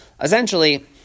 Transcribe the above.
essentially